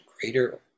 greater